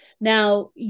Now